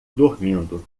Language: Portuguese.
dormindo